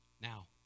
Now